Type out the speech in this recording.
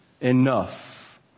Enough